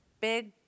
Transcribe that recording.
big